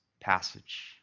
passage